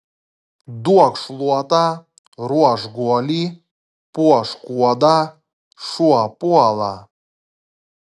duok šluotą ruošk guolį puošk kuodą šuo puola